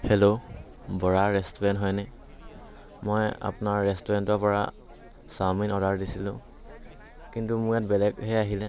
hello Bora restaurant হয়নে মই আপোনাৰ ৰেষ্টুৰেণ্টৰপৰা চাওমিন অৰ্ডাৰ দিছিলোঁ কিন্তু মোৰ ইয়াত বেলেগহে আহিলে